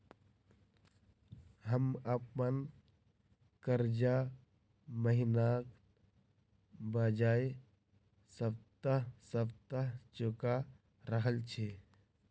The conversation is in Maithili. हम अप्पन कर्जा महिनाक बजाय सप्ताह सप्ताह चुका रहल छि